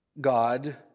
God